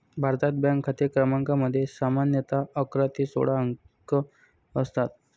भारतात, बँक खाते क्रमांकामध्ये सामान्यतः अकरा ते सोळा अंक असतात